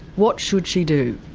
what should she do?